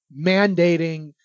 mandating